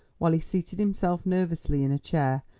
while he seated himself nervously in a chair,